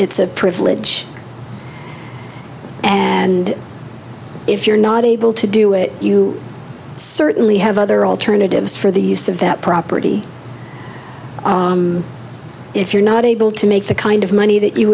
it's a privilege and if you're not able to do it you certainly have other alternatives for the use of that property if you're not able to make the kind of money that you